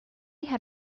had